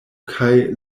kaj